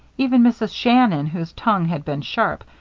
even mrs. shannon, whose tongue had been sharp,